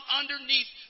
underneath